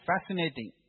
fascinating